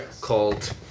called